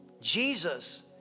Jesus